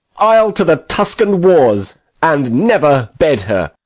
i'll to the tuscan wars, and never bed her.